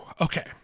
Okay